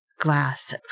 glass